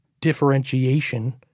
differentiation